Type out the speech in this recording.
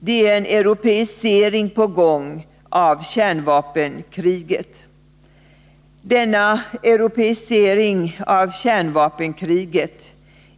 Det är i gång en europeisering av kärnvapenkriget. Den